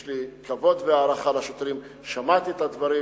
יש לי כבוד והערכה לשוטרים, שמעתי את הדברים